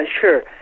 Sure